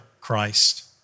Christ